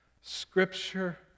Scripture